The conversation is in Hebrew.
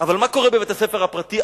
אבל מה קורה בבית-הספר הפרטי?